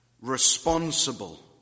responsible